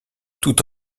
tout